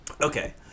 Okay